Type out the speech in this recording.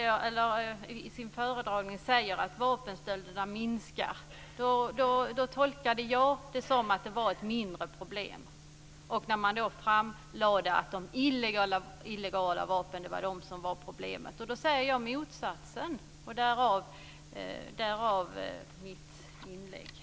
Herr talman! Om man i sin föredragning säger att vapenstölderna minskar tolkar jag det som att den saken är ett mindre problem. Det framlades att det är de illegala vapnen som är problemet och då säger jag motsatsen; därav mitt inlägg.